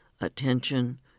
attention